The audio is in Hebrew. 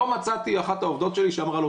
לא מצאתי אחת מהעובדות שלי שאמרה לו,